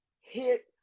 hit